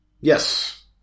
Yes